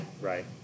Right